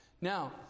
now